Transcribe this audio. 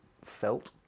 Felt